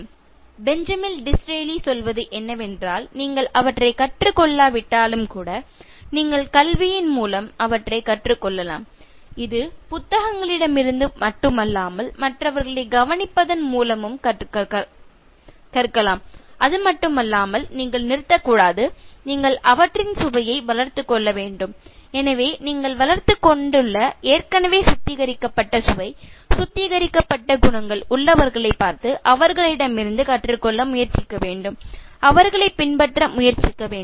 " Benjamin Disraeli சொல்வது என்னவென்றால் நீங்கள் அவற்றைக் கற்றுக் கொள்ளாவிட்டாலும் கூட நீங்கள் கல்வியின் மூலம் அவற்றை கற்றுக் கொள்ளலாம் அது புத்தகங்களிலிருந்து மட்டுமல்லாமல் மற்றவர்களைக் கவனிப்பதன் மூலமும் கற்கலாம் அது மட்டுமல்லாமல் நீங்கள் நிறுத்தக்கூடாது நீங்கள் அவற்றின் சுவையை வளர்த்துக் கொள்ள வேண்டும் நீங்கள் ஏற்கனவே வளர்த்துக் கொண்டுள்ள ஏற்கனவே சுத்திகரிக்கப்பட்ட சுவை சுத்திகரிக்கப்பட்ட குணங்கள் உள்ளவர்களைப் பார்த்து அவர்களிடமிருந்து கற்றுக்கொள்ள முயற்சிக்க வேண்டும் அவர்களைப் பின்பற்ற முயற்சிக்க வேண்டும்